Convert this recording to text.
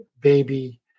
baby